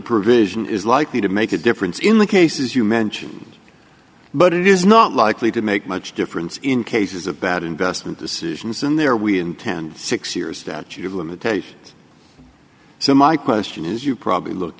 provision is likely to make a difference in the cases you mention but it is not likely to make much difference in cases of bad investment decisions and there we intend six years statute of limitations so my question is you probably look